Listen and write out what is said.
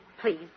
please